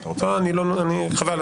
חבל,